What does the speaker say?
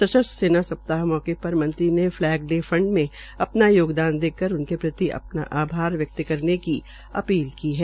सशस्त्र सेना सप्ताह मौके पर मंत्री ने फलैग डे फंड में अपना योगदान देकर उनके प्रति अपना आभार व्यक्त करने की अपील की है